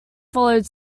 followed